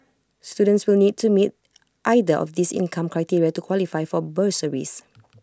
students will need to meet either of these income criteria to qualify for bursaries